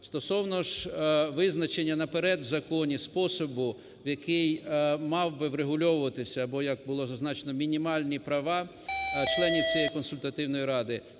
Стосовно ж визначення наперед у законі способу, у який мав би врегульовуватися, або, як було зазначено, мінімальні права членів цієї Консультативної ради,